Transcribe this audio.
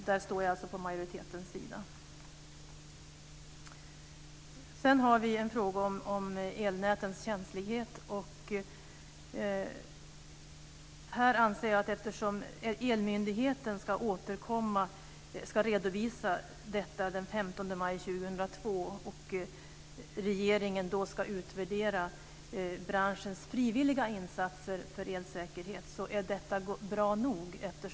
Där står jag alltså på majoritetens sida. Sedan har vi en fråga om elnätens känslighet. Energimyndigheten ska redovisa detta den 15 maj 2002, och då regeringen ska utvärdera branschens frivilliga insatser för elsäkerhet. Jag anser att det är bra nog.